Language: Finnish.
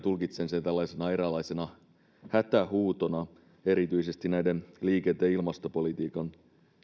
tulkitsen sen tällaisena eräänlaisena hätähuutona myös erityisesti liikenteen ilmastopolitiikan